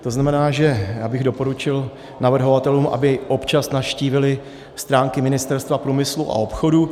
To znamená, že bych doporučil navrhovatelům, aby občas navštívili stránky Ministerstva průmyslu a obchodu.